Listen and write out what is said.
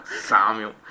Samuel